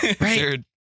right